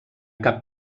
cap